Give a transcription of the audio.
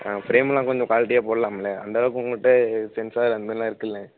ஆ ஃப்ரேமெலாம் கொஞ்சம் குவாலிட்டியாக போடலாம்ல அந்தளவுக்கு உங்கள்கிட்ட சென்ஸார் அந்த மாதிரிலாம் இருக்குதுல்ல